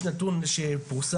יש נתון שפורסם,